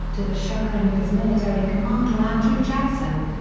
to the chagrin of his military commander andrew jackson.